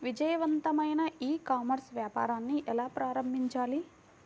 విజయవంతమైన e commerce వ్యాపారాన్ని ఎలా ప్రారంభించాలి?